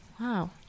Wow